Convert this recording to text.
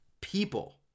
people